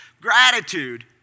gratitude